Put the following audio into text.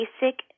basic